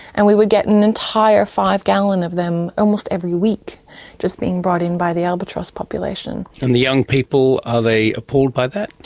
and we would get an entire five-gallon of them almost every week just being brought in by the albatross population. the young people, are they appalled by that?